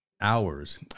hours